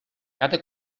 cada